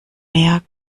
mehr